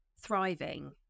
thriving